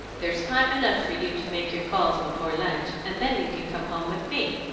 there's time enough for you to make your calls before lunch, and then you can come home with me.